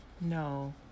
No